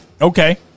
Okay